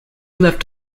left